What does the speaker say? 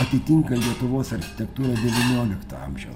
atitinka lietuvos architektūros devynioliktą amžių